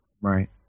Right